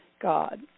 God